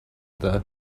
the